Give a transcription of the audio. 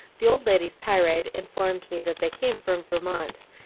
the old lady's tirade informed me that they came from vermont,